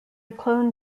clone